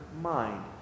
mind